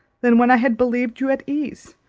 than when i had believed you at ease,